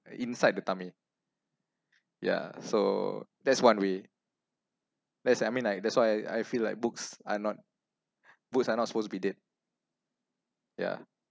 inside the tummy yeah so that's one way that's I mean like that's why I feel like books are not books are not supposed to be did yeah